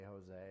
Jose